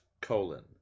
colon